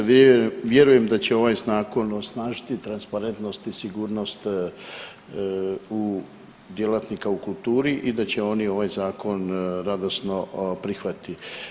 Vjerujem da će ovaj Zakon osnažiti transparentnost i sigurnost u djelatnika u kulturi i da će oni ovaj Zakon radosno prihvatiti.